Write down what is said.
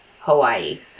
Hawaii